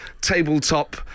tabletop